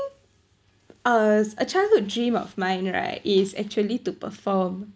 uh a childhood dream of mine right is actually to perform